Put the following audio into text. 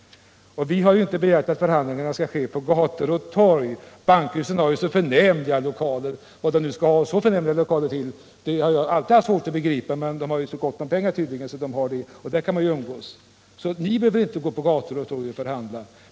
Vi har inte begärt att förhandlingarna skall ske på gator och torg. Bankhusen har ju så förnämliga lokaler — vad de nu skall ha så förnämliga lokaler till; det har jag alltid haft svårt att begripa. Men de har tydligen så gott om pengar att de kan ha det. Där kan man ju umgås, så ni behöver inte stå på gator och torg och förhandla.